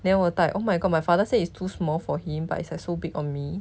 then 我戴 oh my god my father say is too small for him but it's like so big on me